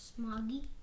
Smoggy